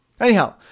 Anyhow